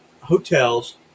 hotels